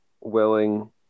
willing